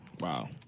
Wow